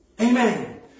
Amen